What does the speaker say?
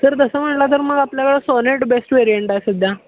sir तसं म्हणाल तर मग आपल्याकडं सोनेट बेस्ट वेरियंट आहे सध्या